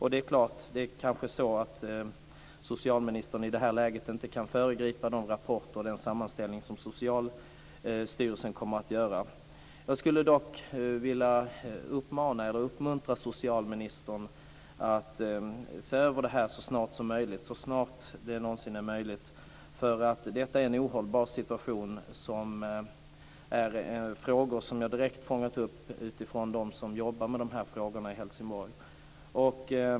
Det kanske är så att socialministern i det här läget inte kan föregripa de rapporter och den sammanställning som Socialstyrelsen kan göra. Jag skulle dock vilja uppmuntra socialministern att se över detta så snart det någonsin är möjligt. Detta är en ohållbar situation. Det gäller frågor som jag direkt fångat upp från dem som jobbar med dessa frågor i Helsingborg.